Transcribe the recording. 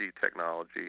technology